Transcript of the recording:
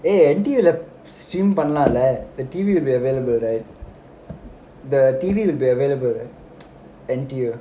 eh N_T_U stream பண்ணலாம்ல:pannalaamla the T_V would be available right the T_V will be available N_T_U